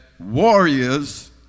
Warriors